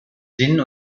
sinn